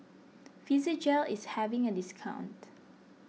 Physiogel is having a discount